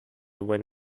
when